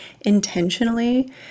intentionally